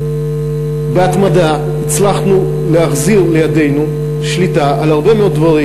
בהתמדה הצלחנו להחזיר לידינו שליטה על הרבה מאוד דברים,